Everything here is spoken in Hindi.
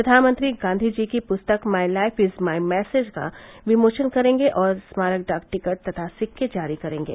प्रधानमंत्री गांधीजी की पुस्तक my life is my message का विमोचन करेंगे और स्मारक डाक टिकट तथा सिक्के जारी करेंगे